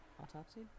Autopsy